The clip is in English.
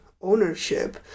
ownership